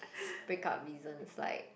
break up reasons like